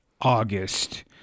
august